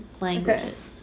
languages